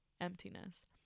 emptiness